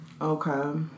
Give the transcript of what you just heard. Okay